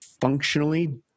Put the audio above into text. functionally